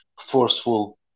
forceful